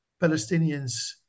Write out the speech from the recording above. Palestinians